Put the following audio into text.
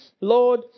Lord